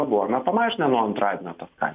buvome pamažinę nuo antradienio tas kainas